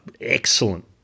excellent